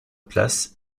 place